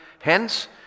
hence